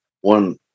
one